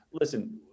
Listen